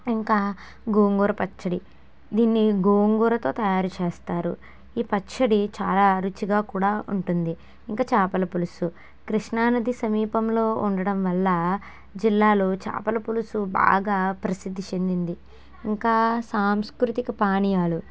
ఇంకా గోంగూర పచ్చడి దీన్ని గోంగూరతో తయారుచేస్తారు ఈ పచ్చడి చాలా రుచిగా కూడా ఉంటుంది ఇంక చాపల పులుసు కృష్ణానది సమీపంలో ఉండడం వల్లా జిల్లాలో చేపల పులుసు బాగా ప్రసిద్ధి చెందింది ఇంకా సాంస్కృతిక పానియాలు